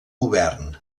govern